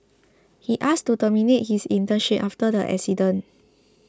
he asked to terminate his internship after the incident